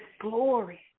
glory